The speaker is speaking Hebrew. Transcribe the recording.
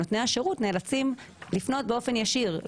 נותני השרות נאלצים לפנות באופן ישיר.